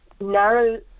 narrow